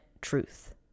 truth